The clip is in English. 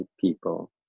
people